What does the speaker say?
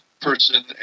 Person